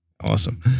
awesome